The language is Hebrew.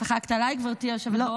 צחקת עליי, גברתי היושבת-ראש?